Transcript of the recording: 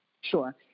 Sure